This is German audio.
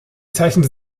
zeichnet